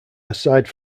aside